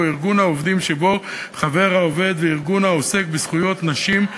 או ארגון העובדים שבו העובד חבר וארגון העוסק בזכויות נשים,